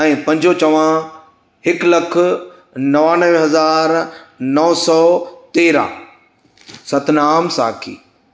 ऐं पंजो चवां हिक लख नवानवे हज़ार नौ सौ तेरहं सतनाम साखी